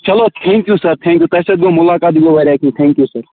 چلو ٹھیٖکھ چھُ سَر تھینکیو تۅہہِ سۭتۍ گَو مُلاقات یہِ گَو واریاہ کیٚنٛہہ تھینکیو سَر